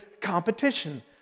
competition